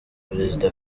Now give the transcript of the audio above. perezida